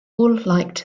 liked